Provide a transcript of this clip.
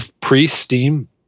pre-Steam